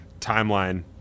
Timeline